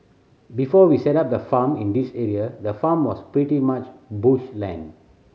before we set up the farm in this area the farm was pretty much bush land